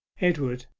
edward,